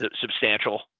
substantial